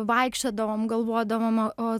vaikščiodavom galvodom o